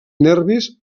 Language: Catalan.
nervis